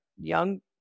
young